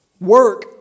Work